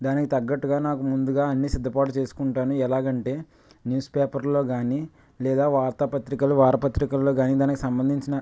దానికి తగ్గట్టుగా నాకు ముందుగా అన్నీ సిద్ధం చేసుకుంటాను ఎలాగ అంటే న్యూస్పేపర్లో కానీ లేదా వార్తాపత్రికలు వారపత్రికలలో కానీ దానికి సంబంధించిన